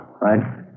right